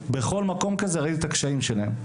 בכל מקום כזה ראיתי את הקשיים שלהם.